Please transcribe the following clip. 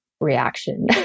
reaction